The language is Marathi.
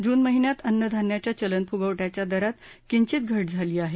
जून महिन्यात अन्न धान्याच्या चलन फुगवट्याच्या दरात किंचित घट झाली आह